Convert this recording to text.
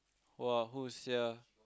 !wah! who sia